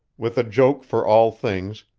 with a joke for all things,